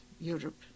Europe